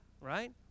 right